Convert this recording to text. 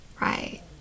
Right